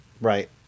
Right